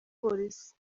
polisi